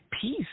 peace